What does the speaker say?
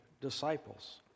disciples